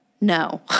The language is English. No